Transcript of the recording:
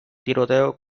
tiroteo